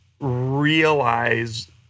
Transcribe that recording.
realize